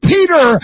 Peter